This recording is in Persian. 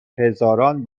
هزاران